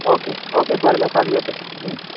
okay okay बरें मागीर फाल्यां यो तर